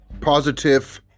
positive